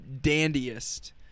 dandiest